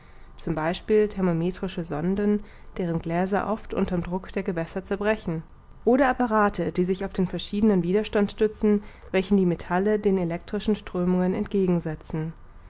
z b thermometrische sonden deren gläser oft unter'm druck der gewässer zerbrechen oder apparate die sich auf den verschiedenen widerstand stützen welchen die metalle den elektrischen strömungen entgegen